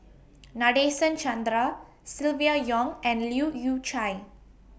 Nadasen Chandra Silvia Yong and Leu Yew Chye